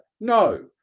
no